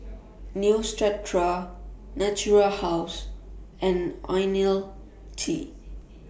Neostrata Natura House and Ionil T